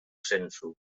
sensu